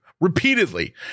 repeatedly